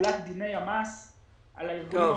בתחולת דמי המס על הארגונים המפעילים.